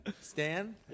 Stan